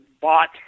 bought